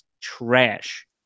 trash